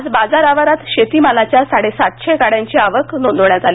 आज बाजार आवारात शेतीमालाच्या साडेसातशे गाड्यांची आवक नोंदवण्यात आली